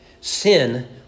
Sin